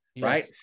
right